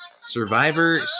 Survivor